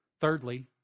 thirdly